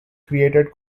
created